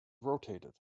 rotated